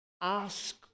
Ask